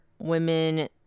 women